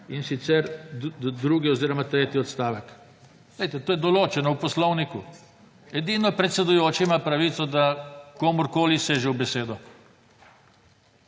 in sicer drugi oziroma tretji odstavek. Poglejte, to je določeno v Poslovniku. Edino predsedujoči ima pravico, da komurkoli seže v besedo.